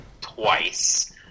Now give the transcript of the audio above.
twice